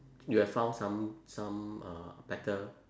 you have found some some uh better